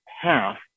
half